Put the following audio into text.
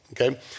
Okay